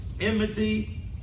enmity